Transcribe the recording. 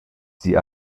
sie